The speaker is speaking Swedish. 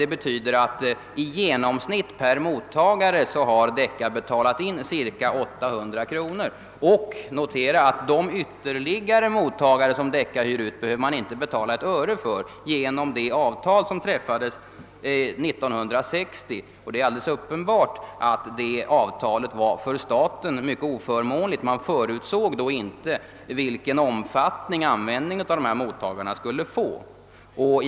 Det betyder att i genomsnitt per mottagare har Decca betalat in cirka 800 kronor, och notera att för de ytterligare mottagare som Decca hyr ut behöver man inte betala ett öre enligt det avtal som träffades 1960. Det är alldeles uppenbart att detta avtal var mycket oförmånligt för staten. Man förutsåg då inte i vilken utsträckning mottagarna skulle komma att användas.